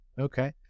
Okay